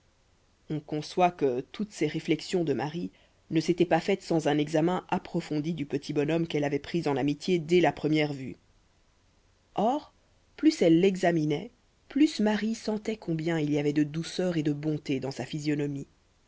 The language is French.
on conçoit que toutes ces réflexions de marie ne s'étaient pas faites sans un examen approfondi du petit bonhomme qu'elle avait pris en amitié dès la première vue or plus elle l'examinait plus marie sentait combien il y avait de douceur et de bonté dans sa physionomie